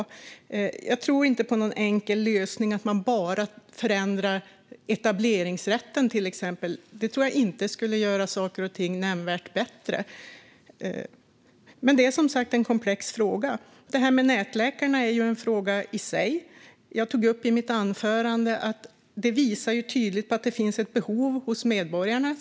Jag tror inte på någon enkel lösning, till exempel att man bara förändrar etableringsrätten. Det tror jag inte skulle göra saker och ting nämnvärt bättre. Men det är som sagt en komplex fråga. Det här med nätläkarna är en fråga i sig. Jag tog i mitt huvudanförande upp att det tydligt visar på att det finns ett behov hos medborgarna.